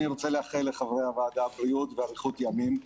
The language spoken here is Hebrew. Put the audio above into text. אני רוצה לאחל לחברי הוועדה בריאות ואריכות ימים,